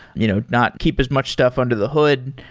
you know not keep as much stuff under the hood.